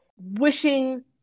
wishing